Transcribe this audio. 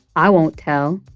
i won't tell